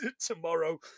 tomorrow